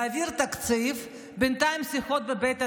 להעביר תקציב, בינתיים שיחות בבית הנשיא,